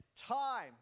time